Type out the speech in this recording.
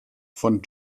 von